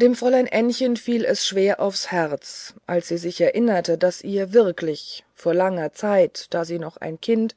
dem fräulein ännchen fiel es schwer aufs herz als sie sich erinnerte daß ihr wirklich vor langer zeit da sie noch ein kind